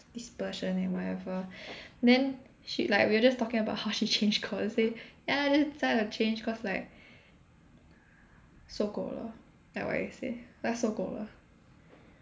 dispersion and whatever then she like we were just talking about how she changed course say ya I just decided to change cause like 受够了 like what you say 她受够了